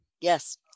Yes